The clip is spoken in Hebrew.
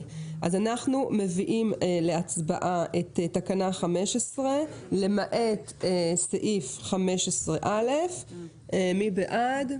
נעבור להצבעה על תקנה 15 למעט סעיף 15א. מי בעד?